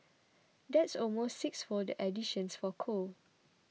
that's almost sixfold the additions for coal